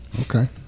Okay